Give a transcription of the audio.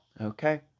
okay